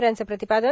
यांच प्रतिपादन